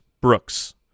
Brooks